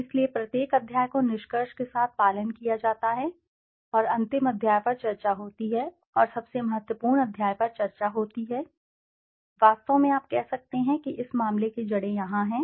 इसलिए प्रत्येक अध्याय को निष्कर्ष के साथ पालन किया जाता है और अंतिम अध्याय पर चर्चा होती है और सबसे महत्वपूर्ण अध्याय पर चर्चा होती है वास्तव में आप कह सकते हैं कि इस मामले की जड़ें यहाँ हैं